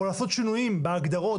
או לעשות שינויים בהגדרות,